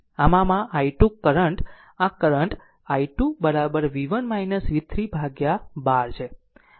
આમ આમાં i2 current આ current i 2 v1 v3 by 12 છે આ કરંટ દાખલ થઈ રહ્યું છે